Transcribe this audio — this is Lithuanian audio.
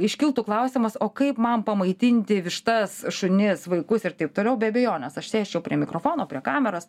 iškiltų klausimas o kaip man pamaitinti vištas šunis vaikus ir taip toliau be abejonės aš sėsčiau prie mikrofono prie kameros